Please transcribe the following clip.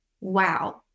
wow